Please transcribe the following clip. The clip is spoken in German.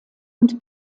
und